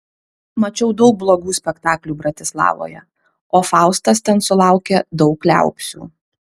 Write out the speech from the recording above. mačiau daug blogų spektaklių bratislavoje o faustas ten sulaukė daug liaupsių